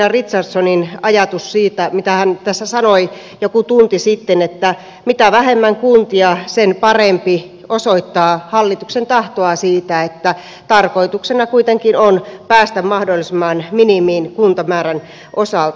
mutta ehkä ministeri guzenina richardsonin ajatus siitä mitä hän tässä sanoi joku tunti sitten että mitä vähemmän kuntia sen parempi osoittaa hallituksen tahtoa siitä että tarkoituksena kuitenkin on päästä mahdollisimman minimiin kuntamäärän osalta